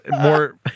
more